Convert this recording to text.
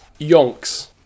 Yonks